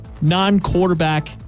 non-quarterback